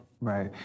Right